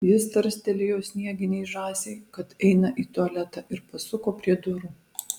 jis tarstelėjo snieginei žąsiai kad eina į tualetą ir pasuko prie durų